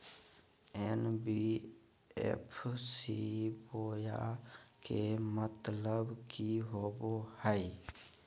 NBFC बोया के मतलब कि होवे हय?